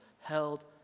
held